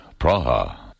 Praha